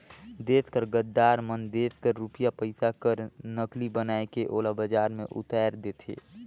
देस कर गद्दार मन देस कर रूपिया पइसा कर नकली बनाए के ओला बजार में उताएर देथे